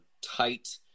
tight